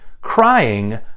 crying